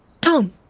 Tom